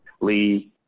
Lee